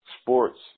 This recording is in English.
sports